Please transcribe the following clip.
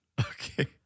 Okay